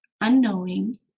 unknowing